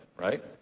right